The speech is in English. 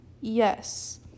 Yes